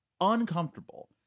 uncomfortable